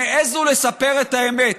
הם העזו לספר את האמת.